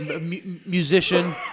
musician